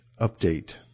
update